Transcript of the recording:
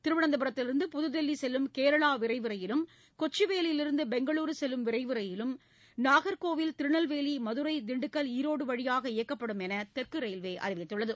திருவனந்தபுரத்திலிருந்து புதுதில்லி செல்லும் கேரளா விரைவு ரயிலும் கொச்சிவேலியிலிருந்து பெங்களுரு செல்லும் விரைவு ரயிலும் நாகர்கோயில் திருநெல்வேலி மதுரை திண்டுக்கல் ஈரோடு வழியாக இயக்கப்படும் என்று தெற்கு ரயில்வே அறிவித்துள்ளது